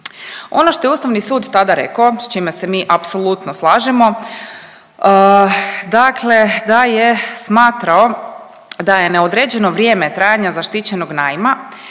Ono što je Ustavni sud tada rekao, s čime se mi apsolutno slažemo, dakle da je smatrao da je neodređeno vrijeme trajanja zaštićenog najma